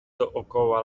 dookoła